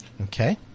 Okay